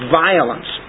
violence